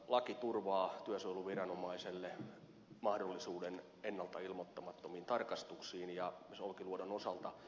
laki turvaa työsuojeluviranomaiselle mahdollisuuden ennalta ilmoittamattomiin tarkastuksiin ja myös olkiluodon osalta